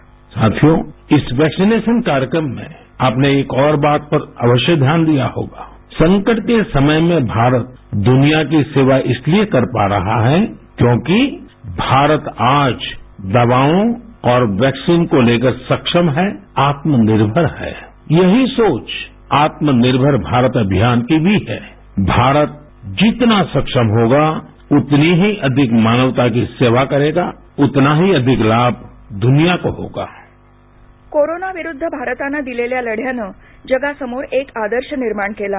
साथियो इस वैक्सीनेशन कार्यक्रम में आपने एक और बात पर अवश्य ध्यान दिया होगा संकट के समय में भारत द्रुनिया की सेवा इसलिए कर पा रहा है क्योंकि भारत आज दवाओं और वैक्सीन को लेकर सक्षम है आत्मनिर्भर है यही सोच आत्मनिर्भर भारत अभियान की भी है भारत जितना सक्षम होगा उतनी ही अधिक मानवता की सेवा करेगा उतना ही अधिक लाभ दूनिया को होगा कोरोनाविरुद्ध भारतानं दिलेल्या लढ्यानं जगासमोर एक आदर्श निर्माण केला